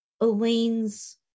Elaine's